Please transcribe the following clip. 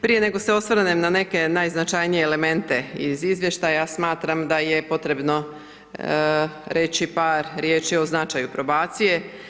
Prije nego se osvrnem na neke najznačajnije elemente iz Izvještaja, smatram da je potrebno reći par riječi o značaju probacije.